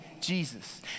Jesus